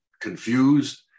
confused